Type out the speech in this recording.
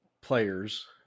players